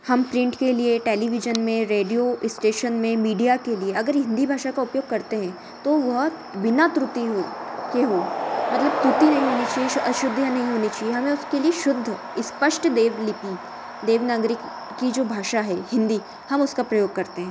हम प्रिंट के लिए टेलीविज़न में रेडियो स्टेशन में मीडिया के लिए अगर हिंदी भाषा का उपयोग करते हैं तो वह बिना त्रुटि हो के हो मतलब त्रुटि नहीं होनी चाहिए अशुद्धियाँ नहीं होनी चाहिए हमें उसके लिए शुद्ध स्पष्ट देवलिपि देवनागरी की जो भाषा है हिंदी हम उसका प्रयोग करते हैं